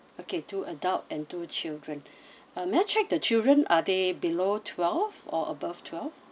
okay two adult and two children uh may I check the children are they below twelve or above twelve